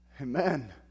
Amen